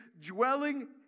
dwelling